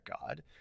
God